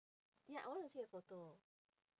ya I want to see the photo